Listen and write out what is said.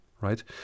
right